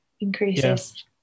increases